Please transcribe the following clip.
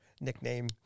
nickname